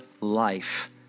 life